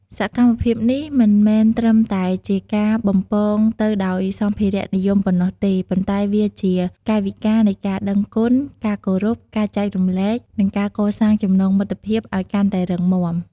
សកម្មភាពនេះមិនមែនត្រឹមតែជាការបំពងទៅដោយសម្ភារៈនិយមប៉ុណ្ណោះទេ ប៉ុន្តែវាជា កាយវិការនៃការដឹងគុណ ការគោរព ការចែករំលែក និងការកសាងចំណងមិត្តភាព ឱ្យកាន់តែរឹងមាំ។